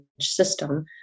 system